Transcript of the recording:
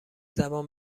زبان